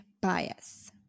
bias